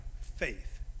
faith